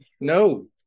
No